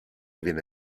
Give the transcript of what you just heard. viene